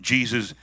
Jesus